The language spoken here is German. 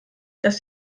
dass